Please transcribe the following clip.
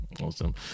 awesome